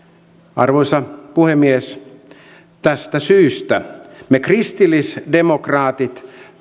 arvoisa puhemies tästä syystä me kristillisdemokraatit